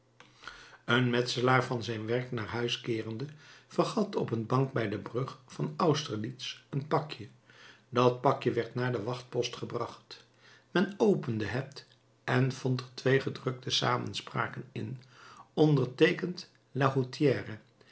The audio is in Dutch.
een metselaar van zijn werk naar huis keerende vergat op een bank bij de brug van austerlitz een pakje dat pakje werd naar den wachtpost gebracht men opende het en vond er twee gedrukte samenspraken in onderteekend lahautière